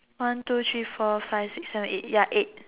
one two three four five six seven eight ya eight